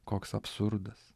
koks absurdas